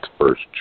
first